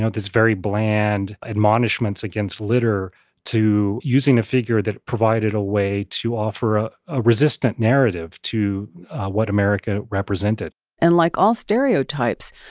ah this very bland admonishment against litter to using a figure that provided a way to offer ah a resistant narrative to what america represented and like all stereotypes,